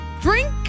Drink